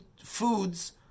foods